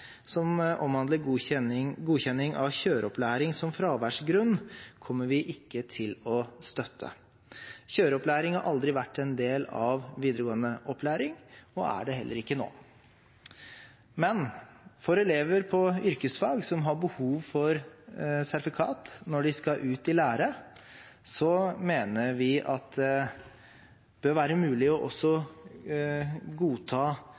som omhandler godkjenning av kjøreopplæring som fraværsgrunn, kommer vi ikke til å støtte. Kjøreopplæring har aldri vært en del av videregående opplæring og er det heller ikke nå. Men for elever på yrkesfag som har behov for sertifikat når de skal ut i lære, mener vi at det bør være mulig også å godta